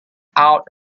out